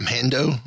Mando